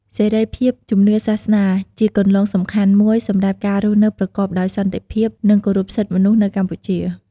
សេរីភាពជំនឿសាសនាជាគន្លងសំខាន់មួយសម្រាប់ការរស់នៅប្រកបដោយសន្តិភាព និងគោរពសិទ្ធិមនុស្សនៅកម្ពុជា។